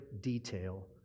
detail